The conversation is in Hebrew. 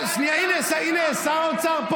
סתם שיקרת.